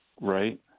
right